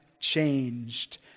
changed